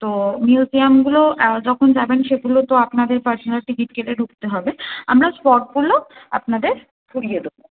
তো মিউজিয়ামগুলো যখন যাবেন সেগুলো তো আপনাদের পার্সোনাল টিকিট কেটে ঢুকতে হবে আমরা স্পটগুলো আপনাদের ঘুরিয়ে দেবো